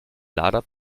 lader